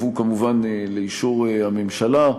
הן יובאו כמובן לאישור הממשלה,